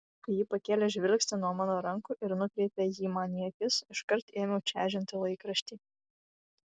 kai ji pakėlė žvilgsnį nuo mano rankų ir nukreipė jį man į akis iškart ėmiau čežinti laikraštį